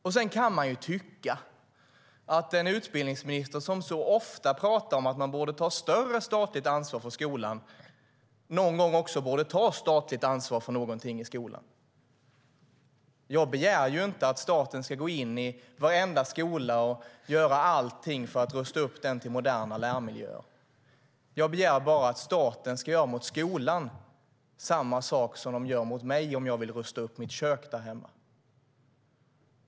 Jag kan tycka att en utbildningsminister som så ofta talar om att det borde tas större statligt ansvar för skolan någon gång också borde ta statligt ansvar för något i skolan. Jag begär inte att staten ska gå in i varenda skola och rusta upp dem till moderna lärmiljöer. Jag begär bara att staten ska ge skolan samma sak som den ger mig om jag vill rusta mitt kök.